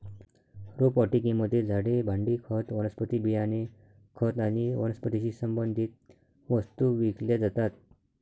रोपवाटिकेमध्ये झाडे, भांडी, खत, वनस्पती बियाणे, खत आणि वनस्पतीशी संबंधित वस्तू विकल्या जातात